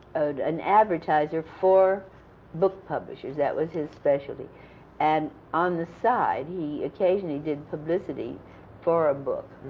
an advertiser for book publishers that was his specialty and on the side he occasionally did publicity for a book.